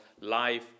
life